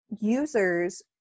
users